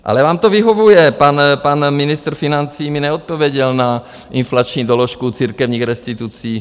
Ale vám to vyhovuje, pan ministr financí mi neodpověděl na inflační doložku církevních restitucí 165 miliard.